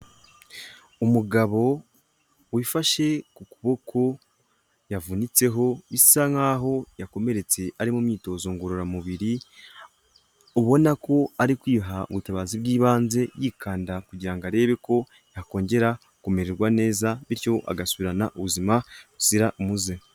Umugabo wifashe ku kuboko yavunitseho, bisa nk'aho yakomeretse ari mu myitozo ngororamubiri, ubona ko ari kwiha ubutabazi bw'ibanze yikanda kugira ngo arebe ko yakongera kumererwa neza bityo agasubirana ubuzima buzira umuze.